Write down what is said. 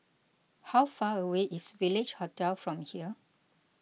how far away is Village Hotel from here